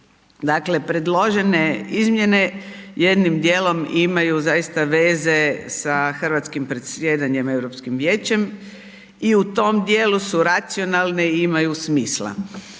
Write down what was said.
Dakle predložene izmjene jednim djelom imaju zaista veze sa hrvatskim predsjedanjem Europskim vijećem i u tom djelu su racionalne i imaju smisla.